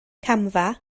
camfa